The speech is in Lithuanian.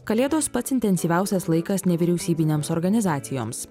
kalėdos pats intensyviausias laikas nevyriausybinėms organizacijoms